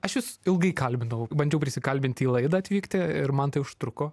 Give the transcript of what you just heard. aš jus ilgai kalbinau bandžiau prisikalbinti į laidą atvykti ir man tai užtruko